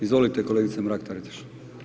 Izvolite kolegice Mrak Taritaš.